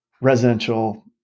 residential